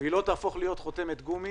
והיא לא תהפוך להיות חותמת גומי